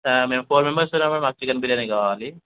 మేము four members ఉన్నాం మాకు చికెన్ బిర్యానీ కావాలి